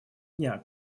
дня